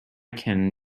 can